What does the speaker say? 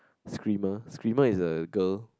screamer screamer is a girl